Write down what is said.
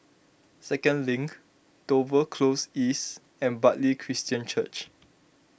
Second Link Dover Close East and Bartley Christian Church